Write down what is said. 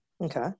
Okay